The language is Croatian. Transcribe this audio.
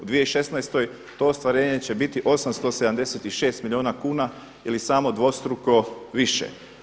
U 2016. to ostvarenje će biti 876 milijuna kuna ili samo dvostruko više.